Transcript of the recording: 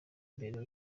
imbere